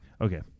Okay